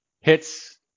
hits